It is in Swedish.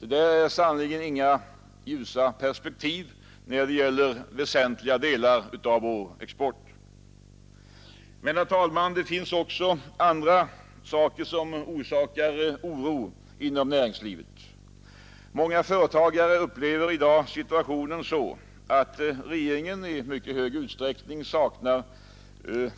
Detta är sannerligen inga ljusa perspektiv, när det gäller väsentliga delar av vår export. Men, herr talman, det finns också andra saker som vållar oro inom näringslivet. Många företagare upplever i dag situationen så att regeringen i mycket stor utsträckning saknar